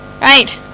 Right